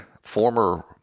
former